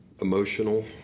emotional